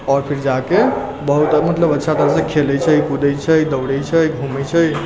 आओर फिर जाके बहुत मतलब अच्छा तरहसँ खेलैत छै कुदैत छै दौड़ैत छै घुमैत छै